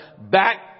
back